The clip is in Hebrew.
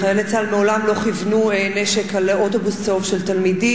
חיילי צה"ל מעולם לא כיוונו נשק על אוטובוס צהוב של תלמידים.